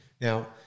Now